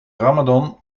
ramadan